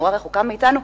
נורא רחוקה מאתנו,